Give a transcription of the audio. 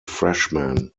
freshman